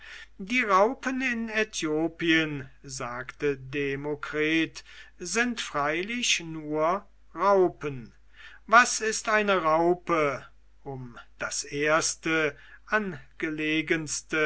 die raupen in aethiopien sagte demokritus sind freilich nur raupen was ist eine raupe um das erste angelegenste